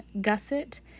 gusset